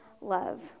love